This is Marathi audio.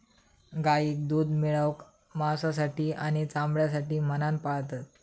गाईक दूध मिळवूक, मांसासाठी आणि चामड्यासाठी म्हणान पाळतत